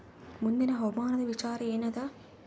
ಮುಂದಿನ ಹವಾಮಾನದ ವಿಚಾರ ಏನದ?